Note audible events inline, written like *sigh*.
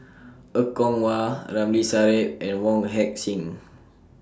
*noise* Er Kwong Wah Ramli Sarip and Wong Heck Sing